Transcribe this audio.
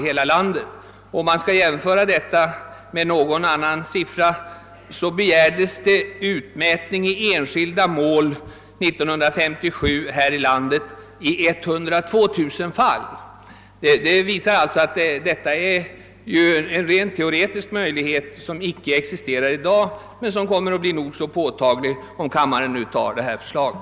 För jämförelsens skull kan nämnas att antalet enskilda mål om utmätning år 1957 uppgick till 102 000. Detta visar alltså att det bara är en rent teoretisk möjlighet och någonting som egentligen inte existerar i dag, men som kommer att bli nog så påtagligt om kammaren bifaller det föreliggande förslaget.